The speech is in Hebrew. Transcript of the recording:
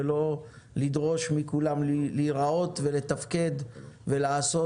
ולא לדרוש מכולם להיראות ולתפקד ולעשות